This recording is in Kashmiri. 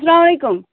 اسلامُ علیکُم